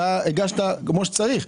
אתה הגשת כמו שצריך.